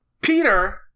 Peter